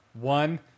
One